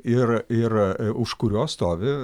ir ir už kurio stovi